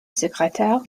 secrétaire